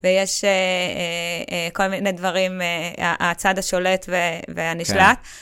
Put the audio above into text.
ויש כל מיני דברים, הצד השולט והנשלט.